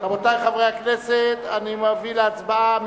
רבותי חברי הכנסת, אני מביא להצבעה.